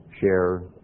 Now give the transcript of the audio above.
share